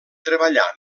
treballar